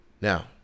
Now